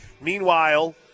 Meanwhile